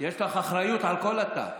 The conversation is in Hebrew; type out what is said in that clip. יש לך אחריות על כל התא.